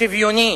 שוויוני,